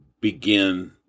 begin